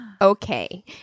okay